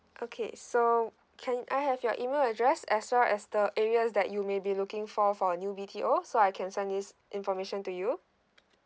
okay so can I have your email address as well as the areas that you may be looking for for a new B_T_O so I can send this information to you